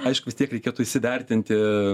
aišku vis tiek reikėtų įsivertinti